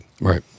Right